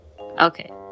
Okay